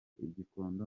gikondo